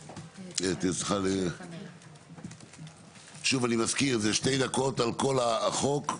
שוב, אני מזכיר, זה 2 דקות על כל החוק.